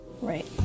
Right